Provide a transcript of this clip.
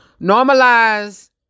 normalize